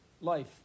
life